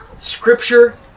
scripture